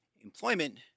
employment